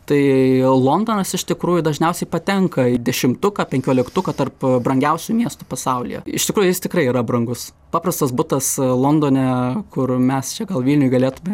tai londonas iš tikrųjų dažniausiai patenka į dešimtuką penkioliktuką tarp brangiausių miestų pasaulyje iš tikrųjų jis tikrai yra brangus paprastas butas londone kur mes čia gal vilniuj galėtume